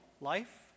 life